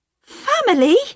Family